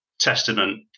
Testament